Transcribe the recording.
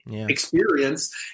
experience